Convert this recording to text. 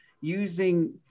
using